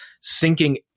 sinking